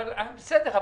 בסדר,